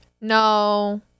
No